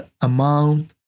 amount